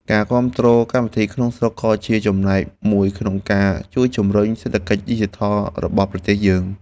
ការគាំទ្រកម្មវិធីក្នុងស្រុកក៏ជាចំណែកមួយក្នុងការជួយជំរុញសេដ្ឋកិច្ចឌីជីថលរបស់ប្រទេសយើង។